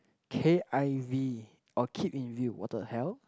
k_i_v orh keep in view what the hell